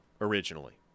originally